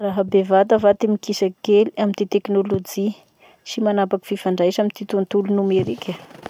Raha bevata va ty mikisaky kely amy ty tekinolojy sy manapaky fifandraisa amy tontolo nomerika?